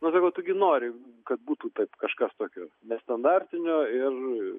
nu sakau tu gi nori kad būtų taip kažkas tokio nestandartinio ir